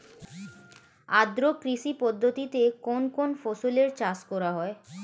আদ্র কৃষি পদ্ধতিতে কোন কোন ফসলের চাষ করা হয়?